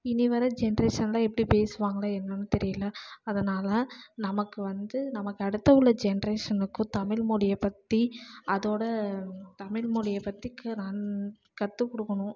இனி வர ஜென்ட்ரேஷன்லாம் எப்படி பேசுவாங்களா என்னென்னு தெரியல அதனால் நமக்கு வந்து நமக்கு அடுத்த உள்ள ஜென்ட்ரேஷனுக்கும் தமிழ்மொழியை பற்றி அதோடய தமிழ்மொழியை பற்றி நன் கற்றுக் கொடுக்கணும்